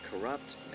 corrupt